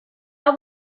hope